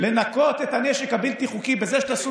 לנקות את הנשק הבלתי-חוקי בזה שתעשו